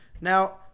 Now